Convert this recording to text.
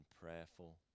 prayerful